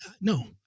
No